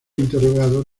interrogado